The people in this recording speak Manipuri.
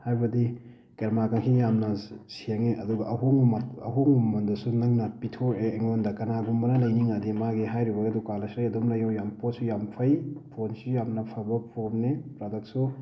ꯍꯥꯏꯕꯗꯤ ꯀꯦꯃꯦꯔꯥꯗꯒꯤ ꯌꯥꯝꯅ ꯁꯦꯡꯉꯤ ꯑꯗꯨꯒ ꯑꯍꯣꯡꯕ ꯑꯍꯣꯡꯕ ꯃꯃꯜꯗꯁꯨ ꯅꯪꯅ ꯄꯤꯊꯣꯔꯛꯑꯦ ꯑꯩꯉꯣꯟꯗ ꯀꯅꯥꯒꯨꯝꯕꯅ ꯂꯩꯅꯤꯡꯉꯗꯤ ꯃꯥꯒꯤ ꯍꯥꯏꯔꯤꯕ ꯗꯨꯀꯥꯟ ꯑꯁꯤꯗꯒꯤ ꯑꯗꯨꯝ ꯂꯩꯌꯨ ꯌꯥꯝ ꯄꯣꯠꯁꯨ ꯌꯥꯝ ꯐꯩ ꯐꯣꯟꯁꯨ ꯌꯥꯝꯅ ꯐꯕ ꯐꯣꯟꯅꯤ ꯄ꯭ꯔꯗꯛꯁꯨ